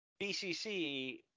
BCC